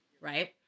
right